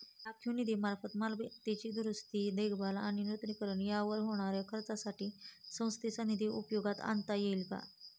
राखीव निधीमार्फत मालमत्तेची दुरुस्ती, देखभाल आणि नूतनीकरण यावर होणाऱ्या खर्चासाठी संस्थेचा निधी उपयोगात आणता येईल का?